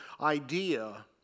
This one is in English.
idea